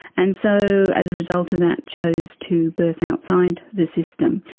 and so as a result of that chose to birth outside the system.